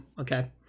Okay